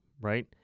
right